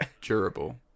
durable